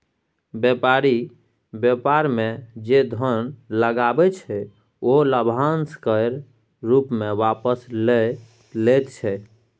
बेपारी बेपार मे जे धन लगबै छै ओ लाभाशं केर रुप मे आपिस लए लैत छै